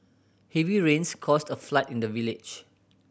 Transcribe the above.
heavy rains caused a flood in the village